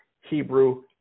Hebrew